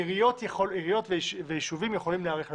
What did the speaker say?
עיריות וישובים יכולים להיערך לזה.